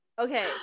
Okay